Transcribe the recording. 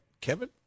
Kevin